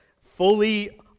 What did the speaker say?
fully